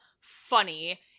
funny